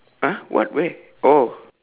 !huh! what where oh